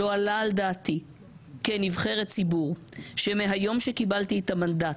לא עלה על דעתי כנבחרת ציבור שמהיום שקיבלתי את המנדט